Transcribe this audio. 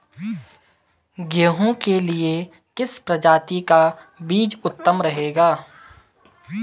गेहूँ के लिए किस प्रजाति का बीज उत्तम रहेगा?